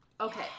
Okay